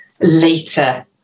later